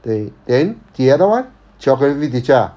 they then the other one geography teacher ah